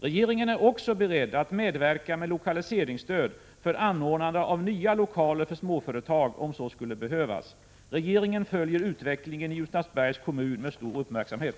Regeringen är också beredd att medverka med lokaliseringsstöd för anordnande av nya lokaler för småföretag om så skulle behövas. Regeringen följer utvecklingen i Ljusnarsbergs kommun med stor uppmärksamhet.